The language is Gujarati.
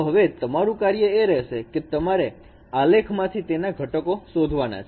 તો હવે તમારું કાર્ય એ રહેશે કે તમારે આ લેખમાંથી તેના ઘટકો શોધવાના છે